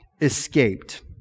escaped